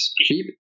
cheap